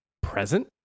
present